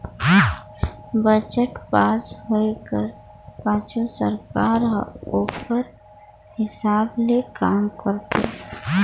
budget pass होए कर पाछू सरकार हर ओकरे हिसाब ले काम करथे